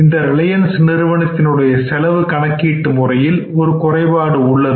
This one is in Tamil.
இந்த ரிலையன்ஸ் நிறுவனத்தின் உடைய செலவு கணக்கீட்டு முறையில் ஒரு குறைபாடு உள்ளது